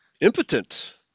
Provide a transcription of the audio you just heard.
impotent